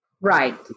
Right